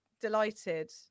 delighted